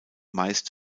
meist